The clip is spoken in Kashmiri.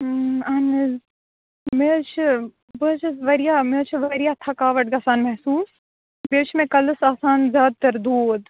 اہن حظ مےٚ حظ چھِ بہٕ حظ چھس واریاہ مےٚ حظ چھِ واریاہ تھکاوٹ گژھان محسوس بیٚیہِ چھُ مے کَلس آسان زیادٕ تر دود